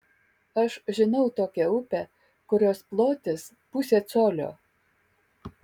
aš žinau tokią upę kurios plotis pusė colio